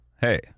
hey